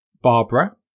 Barbara